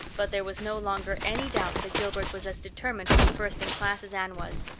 but there was no longer any doubt that gilbert was as determined to be first in class as anne was.